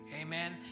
Amen